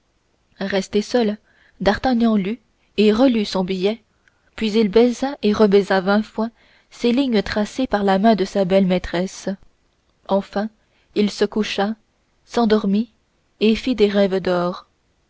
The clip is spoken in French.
resté seul d'artagnan lut et relut son billet puis il baisa et rebaisa vingt fois ces lignes tracées par la main de sa belle maîtresse enfin il se coucha s'endormit et fit des rêves d'or